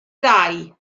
ddau